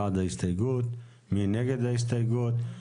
יחוברו 90 אחוזים מהמבנים בהתיישבות הצעירה ביהודה ושומרון